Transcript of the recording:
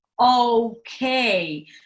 okay